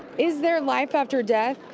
is there life after death?